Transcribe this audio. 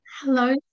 Hello